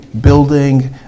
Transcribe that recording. building